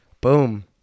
boom